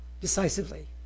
decisively